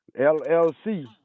llc